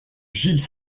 gilles